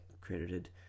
credited